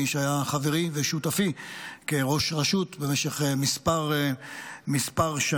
מי שהיה חברי ושותפי כראש רשות במשך כמה שנים.